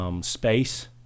Space